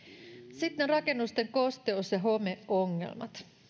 sitten rakennusten kosteus ja homeongelmat